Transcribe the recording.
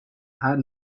had